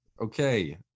Okay